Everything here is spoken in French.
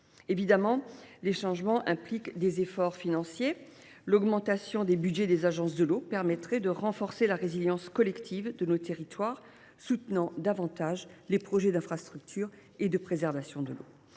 Évidemment, les changements impliquent des efforts financiers. L’augmentation des budgets des agences de l’eau permettrait de renforcer la résilience collective de nos territoires et de soutenir davantage les projets d’infrastructure et de préservation de l’eau.